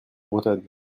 bretonne